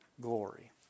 glory